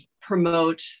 promote